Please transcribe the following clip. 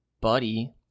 Buddy